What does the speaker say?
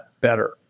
better